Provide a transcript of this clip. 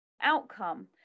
outcome